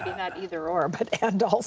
not either or, but and also.